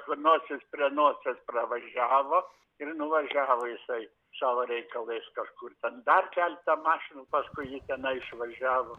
kur nosis prie nosies pravažiavo ir nuvažiavo jisai savo reikalais kažkur ten dar keletą mašinų paskui jį tenai išvažiavo